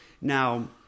Now